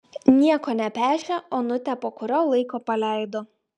nieko nepešę onutę po kurio laiko paleido